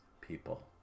people